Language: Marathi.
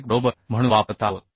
21 बरोबर म्हणून वापरत आहोत